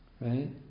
Right